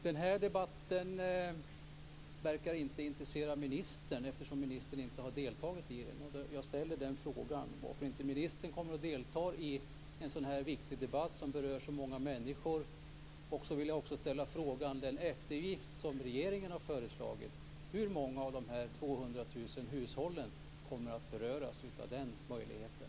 Den här debatten verkar inte intressera ministern, eftersom ministern inte har deltagit i den. Jag ställer frågan: Varför deltar inte ministern i en sådan viktig debatt som berör så många människor? Jag vill också ställa frågan: När det gäller den eftergift som regeringen har föreslagit, hur många av de 200 000 hushållen kommer att beröras av den möjligheten?